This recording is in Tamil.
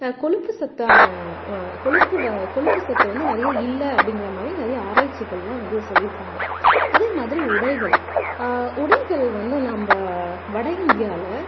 கொழுப்பு சத்தான கொழுப்பு கொழுப்பு சத்தை வந்து நிறைய இல்லை அப்படிங்கிறமாரி நிறைய ஆராய்ச்சிகள்லாம் வந்து சொல்லியிருக்காங்க அதேமாதிரி உடைகள் உடைகள் வந்து நாம் வடஇந்தியாவில